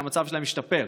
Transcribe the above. שהמצב שלהם ישתפר.